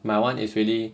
my one is really